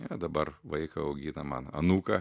na dabar vaiką augina man anūką